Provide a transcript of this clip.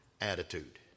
attitude